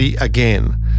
again